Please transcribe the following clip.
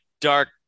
dark